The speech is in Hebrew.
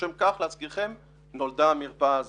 לשם כך, להזכירכם, נולדה המרפאה הזאת.